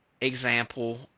example